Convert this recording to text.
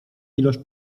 ilość